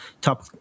top